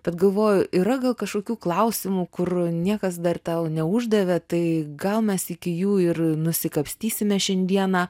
tad galvoju yra gal kažkokių klausimų kur niekas dar tau neuždavė tai gal mes iki jų ir nusikapstysime šiandieną